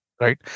Right